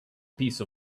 piece